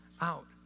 out